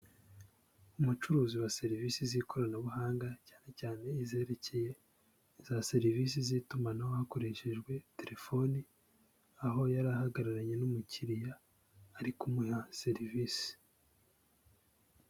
Umucuruzi wa serivisi z'ikoranabuhanga cyane cyane izerekeye za serivisi z'itumanaho hakoreshejwe telefoni, aho yari ahagararanye n'umukiriya ari kumuha serivisi.